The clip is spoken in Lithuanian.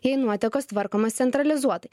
jei nuotekos tvarkomos centralizuotai